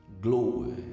glory